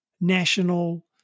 national